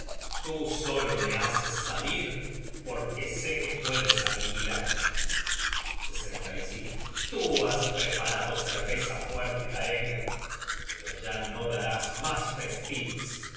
tú solo me haces salir porque sé que puedes aniquilarme content from google tú has preparado cerveza fuerte aeger pero ya no darás mas festines